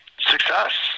success